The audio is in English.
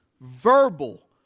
Verbal